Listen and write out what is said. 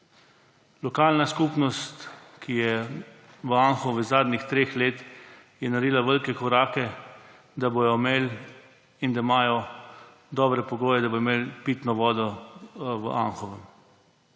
Lokalna skupnost je za Anhovo v zadnjih treh letih naredila velike korake, da bodo imeli in da imajo dobre pogoje, da bodo imeli pitno vodo v Anhovem.